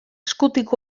eskutik